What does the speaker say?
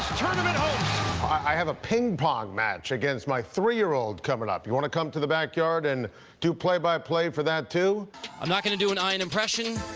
hopes. i have a ping-pong match against my three-year-old coming up. you want to come to the backyard and do play-by-play for that too? i'm not going to do an ian and impression.